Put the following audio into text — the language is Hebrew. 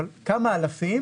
אבל כמה אלפים,